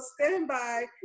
standby